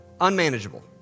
unmanageable